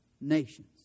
nations